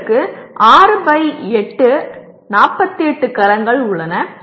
உங்களுக்கு 6 பை 8 48 கலங்கள் உள்ளன